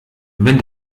wenn